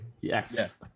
yes